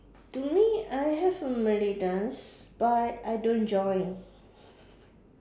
to me I have a Malay dance but I don't join